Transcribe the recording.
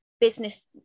business